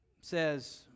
says